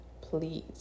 please